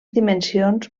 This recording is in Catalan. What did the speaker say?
dimensions